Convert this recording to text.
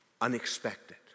Unexpected